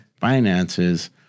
finances